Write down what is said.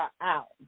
out